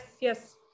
Yes